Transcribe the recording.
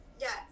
Yes